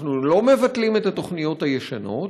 אנחנו לא מבטלים את התוכניות הישנות,